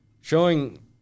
showing